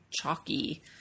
chalky